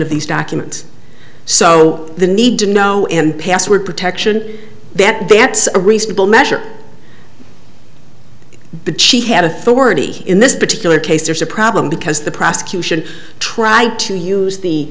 of these documents so the need to know and password protection that they at a reasonable measure but she had authority in this particular case there's a problem because the prosecution tried to use the